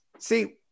see